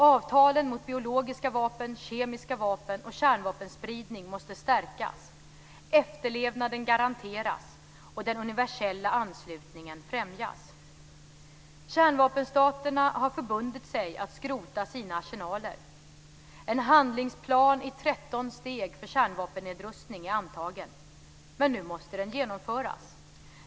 Avtalen mot biologiska vapen, kemiska vapen och kärnvapenspridning måste stärkas, efterlevnaden garanteras och den universella anslutningen främjas. Kärnvapenstaterna har förbundit sig att skrota sina arsenaler. En handlingsplan i 13 steg för kärnvapennedrustning är antagen. Men nu måste den genomföras.